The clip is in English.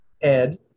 ed